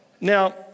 Now